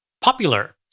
popular